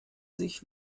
sich